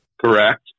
Correct